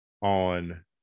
on